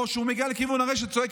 או שכשהוא מגיע לכיוון הרשת וצועק,